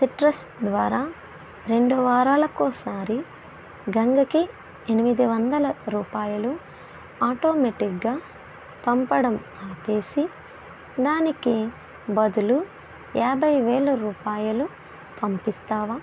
citrus ద్వారా రెండు వారాలకోసారి గంగకి ఎనిమిది వందల రూపాయలు ఆటోమేటిక్గా పంపడం ఆపేసి దానికి బదులు యాభై వేల రూపాయలు పంపిస్తావా